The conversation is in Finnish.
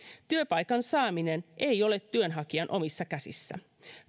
työpaikan saaminen ei ole työnhakijan omissa käsissä